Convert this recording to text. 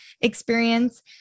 experience